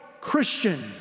Christian